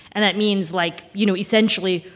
and that means, like, you know, essentially,